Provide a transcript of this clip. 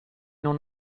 non